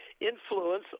influence